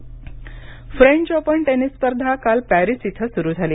tennis French Open tennis स्पर्धा काल Paris इथं सुरू झाली